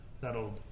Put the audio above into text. that'll